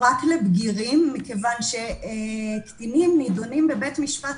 רק לבגירים מכיוון ענייני קטינים נדונים בבית משפט